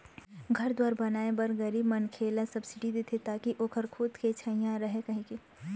घर दुवार बनाए बर गरीब मनखे ल सब्सिडी देथे ताकि ओखर खुद के छइहाँ रहय कहिके